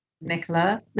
Nicola